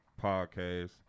Podcast